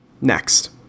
Next